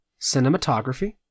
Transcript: cinematography